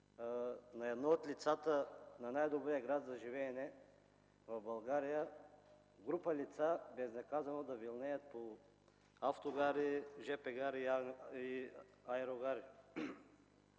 през 2012 г., в най-добрия град за живеене в България, група лица безнаказано да вилнеят по автогари, жп гари и аерогари?